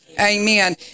Amen